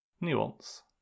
nuance